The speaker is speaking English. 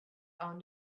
own